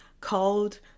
called